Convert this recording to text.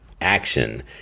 Action